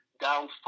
down